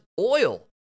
oil